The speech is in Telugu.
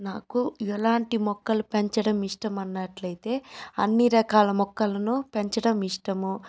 నాకు ఎలాంటి మొక్కలు పెంచడం ఇష్టమన్నట్లయితే అన్నీ రకాల మొక్కలను పెంచడం ఇష్టము